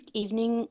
evening